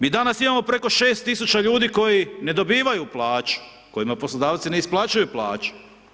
Mi danas imamo preko 6000 ljudi koji ne dobivaju plaću, kojima poslodavci ne isplaćuju plaće.